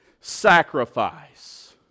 sacrifice